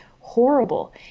horrible